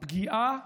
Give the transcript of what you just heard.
הפגיעה